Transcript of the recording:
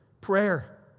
prayer